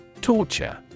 Torture